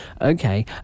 Okay